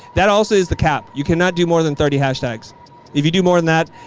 that also is the cap. you cannot do more than thirty hashtags if you do more than that.